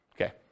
Okay